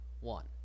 one